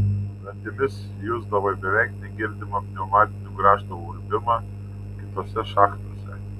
dantimis jusdavai beveik negirdimą pneumatinių grąžtų urbimą kitose šachtose